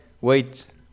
wait